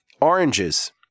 Oranges